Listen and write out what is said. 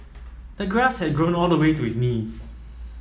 the grass had grown all the way to his knees